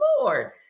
Lord